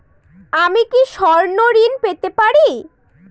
আমি কি স্বর্ণ ঋণ পেতে পারি?